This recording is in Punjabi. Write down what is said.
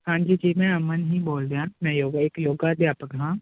ਹਾਂਜੀ ਜੀ ਮੈਂ ਅਮਨ ਹੀ ਬੋਲ ਰਿਹਾ ਮੈਂ ਯੋਗਾ ਇੱਕ ਯੋਗਾ ਅਧਿਆਪਕ ਹਾਂ